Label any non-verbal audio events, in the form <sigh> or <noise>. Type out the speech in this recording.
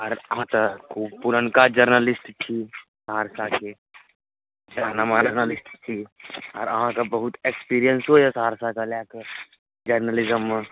आर अहाँ तऽ पुरनका जर्नलिस्ट छी सहरसाके <unintelligible> आर अहाँकेँ बहुत एक्सपीरियन्सो यऽ सहरसाके लए कऽ जर्नलिजममे